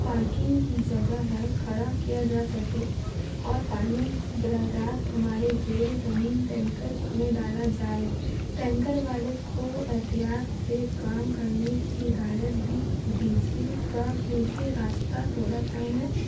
parking کی جگہ ہے کھڑا کیا جا سکے اور پانی براہ راست ہمارے زیر زمین ٹینکر میں ڈالا جائے ٹینکر والے کو احتیاط سے کام کرنے کی ہدایت بھی دیجیے گا کیونکہ راستہ تھوڑا تنگ ہے